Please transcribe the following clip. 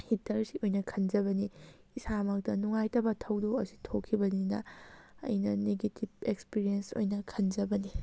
ꯍꯤꯇꯔꯁꯤ ꯑꯣꯏꯅ ꯈꯟꯖꯕꯅꯤ ꯏꯁꯥꯃꯛꯇ ꯅꯨꯡꯉꯥꯏꯇꯕ ꯊꯧꯗꯣꯛ ꯑꯁꯤ ꯊꯣꯛꯈꯤꯕꯅꯤꯅ ꯑꯩꯅ ꯅꯦꯒꯦꯇꯤꯞ ꯑꯦꯛꯁꯄꯤꯔꯤꯌꯦꯟꯁ ꯑꯣꯏꯅ ꯈꯟꯖꯕꯅꯤ